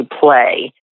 play